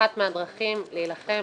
כאחת מהדרכים להילחם